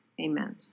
Amen